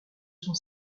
son